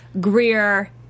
Greer